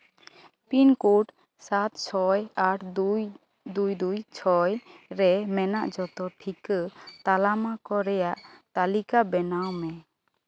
pin code ᱥᱟᱛ ᱪᱷᱚᱭ ᱟᱴ ᱫᱩᱭ ᱫᱩᱭ ᱫᱩᱭ ᱪᱷᱚᱭ ᱨᱮ ᱢᱮᱱᱟᱜ ᱡᱚᱛᱚ ᱴᱤᱠᱟᱹ ᱛᱟᱞᱢᱟ ᱠᱚᱨᱮᱭᱟᱜ ᱛᱟᱹᱞᱤᱠᱟ ᱵᱮᱱᱟᱣ ᱢᱮ